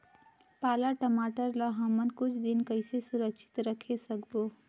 पाला टमाटर ला हमन कुछ दिन कइसे सुरक्षित रखे सकबो?